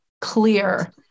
clear